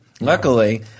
Luckily